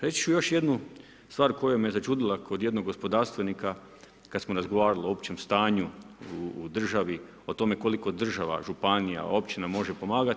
Reći ću još jednu stvar koja me začudila kod jednog gospodarstvenika kad smo razgovarali o općem stanju u državi, o tome koliko država, županija, općina može pomagati.